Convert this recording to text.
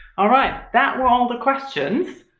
alright that were all the questions.